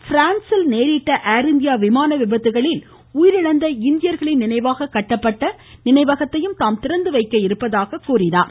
ப்ரான்சில் நேரிட்ட ஏர்இண்டியா விமான விபத்துக்களில் உயிரிழந்த இந்தியர்களின் நினைவாக கட்டப்பட்டுள்ள நினைவகத்தையும் தாம் திறந்துவைக்க இருப்பதாக கூறினார்